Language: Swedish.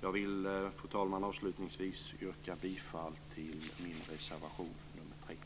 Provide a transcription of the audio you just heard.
Jag vill, fru talman, avslutningsvis yrka bifall till min reservation nr 2.